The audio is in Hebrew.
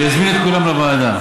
הוא יזמין את כולם לוועדה.